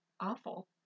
awful